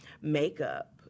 makeup